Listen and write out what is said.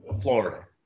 florida